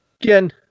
Again